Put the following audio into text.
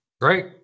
Great